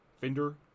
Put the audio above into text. fender